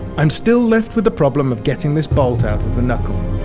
i'm still left with the problem of getting this bolt out of the knuckle.